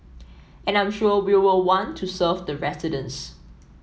and I'm sure we will want to serve the residents